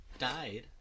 died